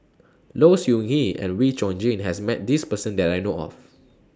Low Siew Nghee and Wee Chong Jin has Met This Person that I know of